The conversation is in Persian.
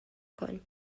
کنید